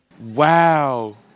Wow